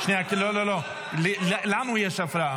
אלמוג, אנחנו מפרגנים לך.